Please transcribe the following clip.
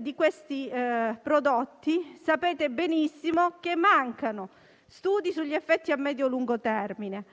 di questi prodotti. Sapete benissimo che mancano studi sugli effetti a medio-lungo termine